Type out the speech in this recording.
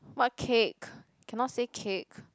what cake cannot say cake